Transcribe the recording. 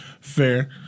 Fair